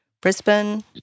Brisbane